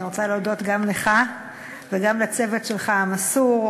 אני רוצה להודות גם לך וגם לצוות המסור שלך,